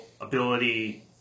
ability